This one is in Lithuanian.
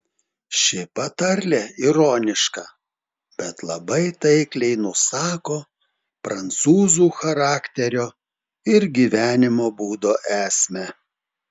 ši patarlė ironiška bet labai taikliai nusako prancūzų charakterio ir gyvenimo būdo esmę